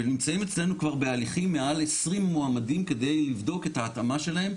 ונמצאים אצלנו בהליכים מעל עשרים מועמדים כדי לבדוק את ההתאמה שלהם,